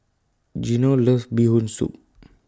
Geno loves Bee Hoon Soup